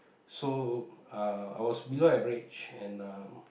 so uh I was below average and uh